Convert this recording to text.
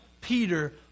Peter